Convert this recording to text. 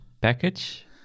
package